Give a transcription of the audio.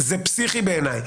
זה פסיכי בעיניי.